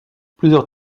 plusieurs